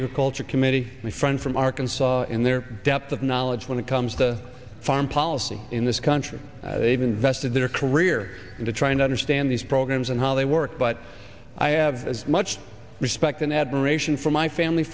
agriculture committee my friend from arkansas in their depth of knowledge when it comes to foreign policy in this country they've invested their career into trying to understand these programs and how they work but i have as much respect and admiration for my family